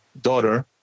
daughter